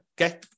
okay